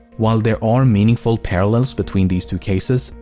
while there are meaningful parallels between these two cases,